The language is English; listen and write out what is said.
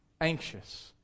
anxious